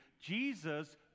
Jesus